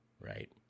right